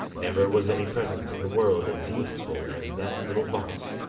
never was any present in the world as useful as that little box,